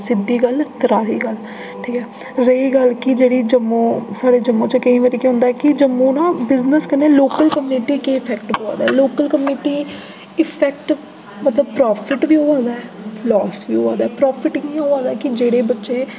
सिद्धी गल्ल करारी गल्ल ठीक ऐ रेही गल्ल कि जेह्ड़ी जम्मू साढ़े जम्मू च केईं बारी केह् होंदा कि जम्मू ना बिजनेस कन्नै ना लोकल कम्युनिटी गी इफैक्ट पौंदा लोकल कम्युनिटी ई इफैक्ट मतलब प्रॉफिट बी होआ दा ऐ लॉस बी होआ दा ऐ प्रॉफिट कि'यां होआ दा ऐ कि जेह्ड़े बच्चे